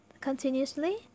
continuously